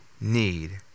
need